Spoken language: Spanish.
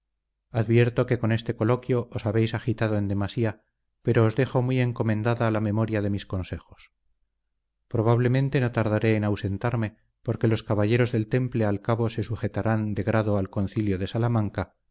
advierto que con este coloquio os habéis agitado en demasía pero os dejo muy encomendada la memoria de mis consejos probablemente no tardaré en ausentarme porque los caballeros del temple al cabo se sujetarán de grado al concilio de salamanca